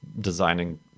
designing